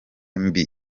mbi